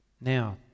Now